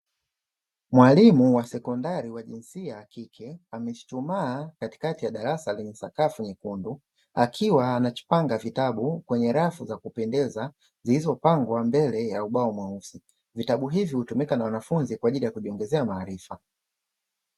Mwalimu wa sekondari wa jinsia ya kike, amechuchumaa katikati ya darasa lenye sakafu nyekundu. Akiwa anapanga vitabu kwenye rafu za kupendeza, zilizopangwa mbele ya ubao mweusi. Vitabu hivi hutumika na wanafunzi kwa ajili ya kujiongezea maarifa.